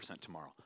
tomorrow